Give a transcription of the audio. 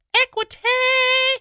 equity